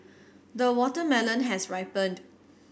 the watermelon has ripened